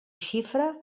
xifra